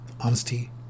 Honesty